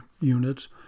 units